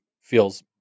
feels